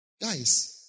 Guys